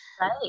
Right